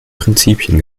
prinzipien